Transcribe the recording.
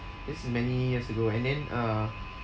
this is many years ago and then uh